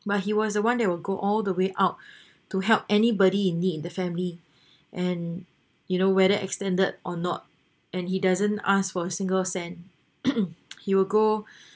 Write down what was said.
but he was the one that will go all the way out to help anybody in need in the family and you know whether extended or not and he doesn't ask for a single cent he will go